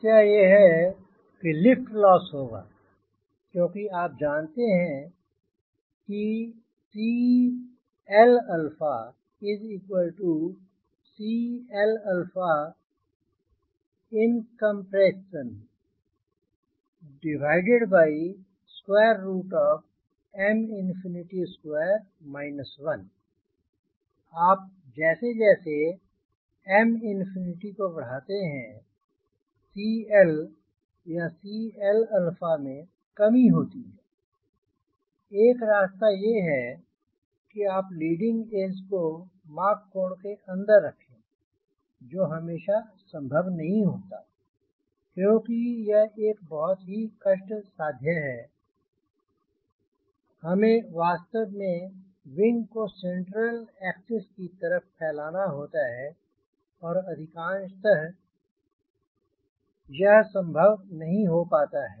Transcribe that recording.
समस्या यह है कि लिफ्ट लॉस होगा क्योंकि आप जानते हैं कि CLCL incomp M∞2 1 आप जैसे जैसे Mꝏ को बढ़ाते हैं CL या CLα में कमी होती है एक रास्ता यह है कि आप लीडिंग एज को मॉक कोन के अंदर रखें जो हमेशा संभव नहीं होता क्योंकि यह बहुत ही कष्ट साध्य है हमें वास्तव में विंग को सेंट्रल एक्सिस की तरफ फैलाना होता है जो अधिकांशत संभव नहीं हो पाता है